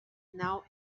now